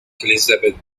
elisabeth